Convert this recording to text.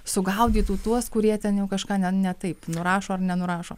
sugaudytų tuos kurie ten jau kažką ne ne taip nurašo ar nenurašo